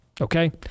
Okay